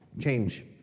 change